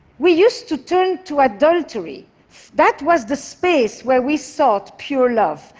we used to turn to adultery that was the space where we sought pure love.